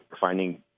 finding